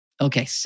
Okay